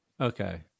Okay